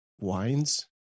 wines